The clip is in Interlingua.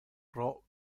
pro